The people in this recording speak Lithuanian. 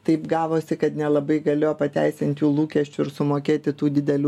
taip gavosi kad nelabai galėjo pateisint jų lūkesčių ir sumokėti tų didelių